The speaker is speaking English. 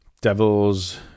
Devils